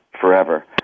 forever